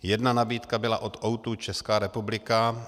Jedna nabídka byla od O2 Česká republika.